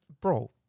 bro